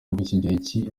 rw’ikigereki